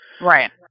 Right